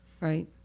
right